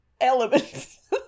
elements